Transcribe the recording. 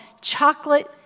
chocolate